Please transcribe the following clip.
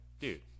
dude